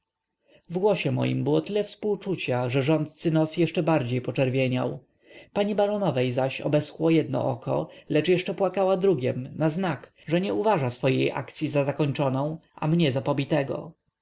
głosie moim było tyle współczucia że rządcy nos jeszcze bardziej poczerwieniał pani baronowej zaś obeschło jedno oko lecz jeszcze płakała drugiem na znak że nie uważa swojej akcyi za skończoną a mnie za